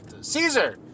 Caesar